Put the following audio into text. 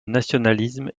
nationalisme